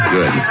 Good